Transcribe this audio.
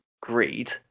greed